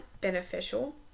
beneficial